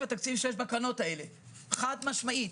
התקציב שיש בקרנות האלה באופן חד-משמעי.